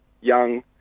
young